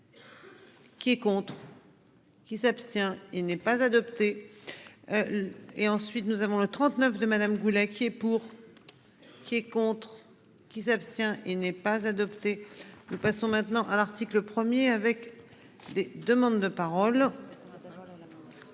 Qui compte. Qui s'abstient. Il n'est pas adopté. Et ensuite, nous avons un 39 de Madame Goulet inquiet pour. Qui est contre qui s'abstient. Il n'est pas adopté. Nous passons maintenant à l'article premier avec des demandes de parole.